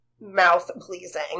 mouth-pleasing